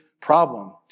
problem